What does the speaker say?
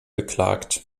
beklagt